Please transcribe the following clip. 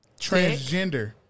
transgender